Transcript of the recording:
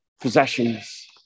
possessions